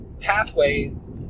pathways